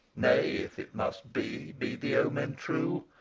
nay. if it must be, be the omen true!